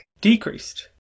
Decreased